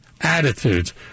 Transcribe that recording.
attitudes